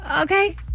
Okay